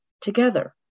together